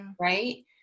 right